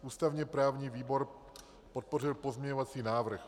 Ústavněprávní výbor podpořil pozměňovací návrh.